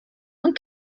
und